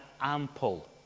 ample